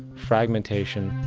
fragmentation,